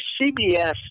CBS